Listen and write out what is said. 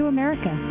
America